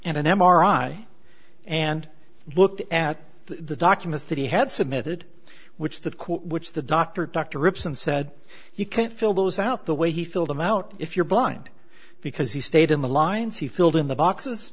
and an m r i and looked at the documents that he had submitted which the court which the doctor dr rips and said you can't fill those out the way he filled them out if you're blind because he stayed in the lines he filled in the boxes